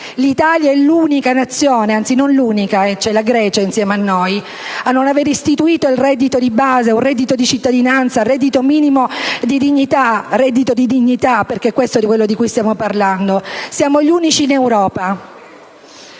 L'Italia è l'unica nazione anzi, non l'unica: c'è la Grecia insieme a noi - a non aver istituito un reddito di base, un reddito minimo di cittadinanza, un reddito di dignità: perché di questo stiamo parlando. Siamo gli unici in Europa.